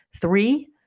three